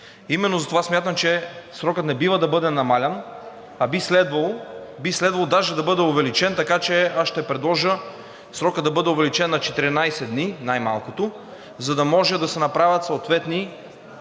Именно затова смятам, че срокът не бива да бъде намаляван, а би следвало даже да бъде увеличен. Така че аз ще предложа срокът да бъде увеличен на 14 дни най-малкото, за да може да се направят съответни